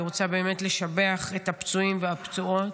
אני רוצה באמת לשבח את הפצועים והפצועות.